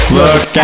look